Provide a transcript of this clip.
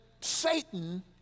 Satan